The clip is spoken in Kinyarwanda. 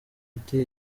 ati